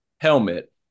helmet